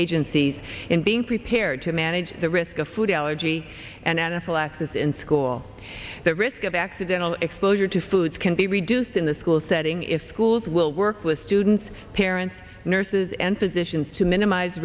agencies in being prepared to manage the risk of food allergy and anaphylaxis in school the risk of accidental exposure to foods can be reduced in the school setting if schools will work with students parents nurses and physicians to minimize